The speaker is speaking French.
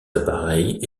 appareils